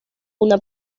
una